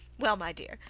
well, my dear,